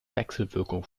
wechselwirkung